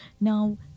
now